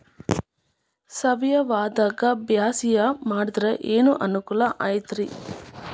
ಸಾವಯವದಾಗಾ ಬ್ಯಾಸಾಯಾ ಮಾಡಿದ್ರ ಏನ್ ಅನುಕೂಲ ಐತ್ರೇ?